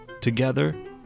Together